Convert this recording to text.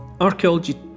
Archaeology